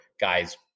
guys